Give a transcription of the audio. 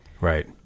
Right